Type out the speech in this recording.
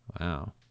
Wow